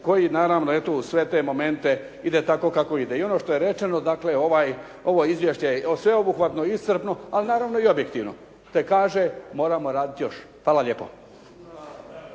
koji naravno uz sve te momente ide tako kako ide. I ono što je rečeno dakle ovo je izvješće sveobuhvatno iscrpno, ali naravno i objektivno, te kaže moramo raditi još. Hvala lijepo.